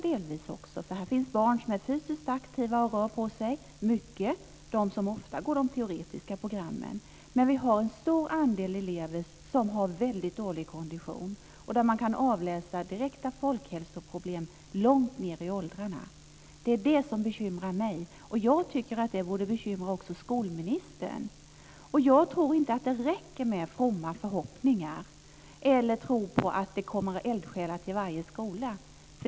Det finns barn som är fysiskt aktiva och rör på sig mycket. De går ofta de teoretiska programmen. Men det finns också en stor andel elever som har mycket dålig kondition där man kan avläsa direkta folkhälsoproblem långt ned i åldrarna. Det är det som bekymrar mig. Jag tycker att det borde bekymra också skolministern. Jag tror inte att det räcker med fromma förhoppningar eller en tro på att det kommer eldsjälar till varje skola.